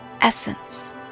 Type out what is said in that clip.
essence